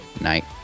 night